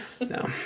No